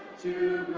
to